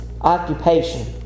occupation